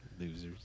Losers